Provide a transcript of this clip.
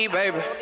baby